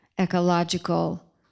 ecological